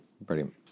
brilliant